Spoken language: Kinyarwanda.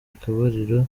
akabariro